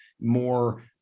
more